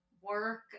work